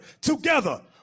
together